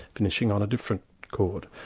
finishing on a different chord.